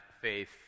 faith